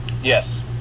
Yes